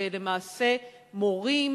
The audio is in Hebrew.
ושלמעשה מורים,